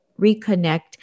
reconnect